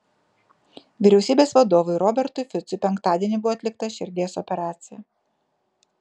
vyriausybės vadovui robertui ficui penktadienį buvo atlikta širdies operacija